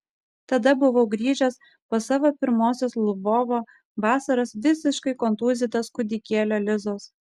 tada buvau grįžęs po savo pirmosios lvovo vasaros visiškai kontūzytas kūdikėlio lizos